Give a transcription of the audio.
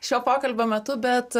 šio pokalbio metu bet